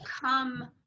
come